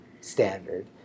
standard